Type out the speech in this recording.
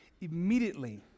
immediately